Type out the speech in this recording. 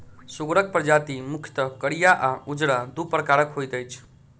सुगरक प्रजाति मुख्यतः करिया आ उजरा, दू प्रकारक होइत अछि